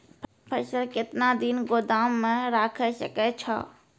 फसल केतना दिन गोदाम मे राखै सकै छौ?